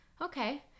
okay